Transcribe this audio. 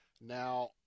Now